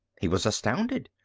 he was astounded.